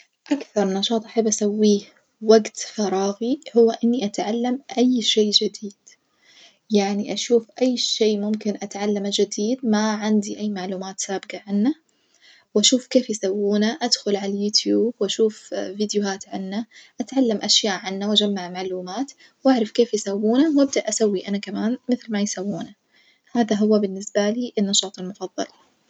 أكثر نشاط أحب أسويه وجت فراغي هو إني أتعلم أي شي جديد، يعني أشوف أي شي ممكن أتعلمه جدبد ما عندي أي معلومات سابجة عنه وأشوف كيف يسوونه، أدخل على اليوتيوب وأشوف فيديوهات عنه، أتعلم أشياء عنه وأجمع معلومات وأعرف كيف يسوونه وأبدأ أسوي أنا كمان مثل ما يسوونه، هذا هو بالنسبة لي النشاط المفظل.